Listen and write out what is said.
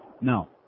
No